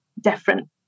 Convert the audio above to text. different